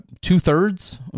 two-thirds